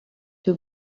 two